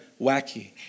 wacky